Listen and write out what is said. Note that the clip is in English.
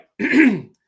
right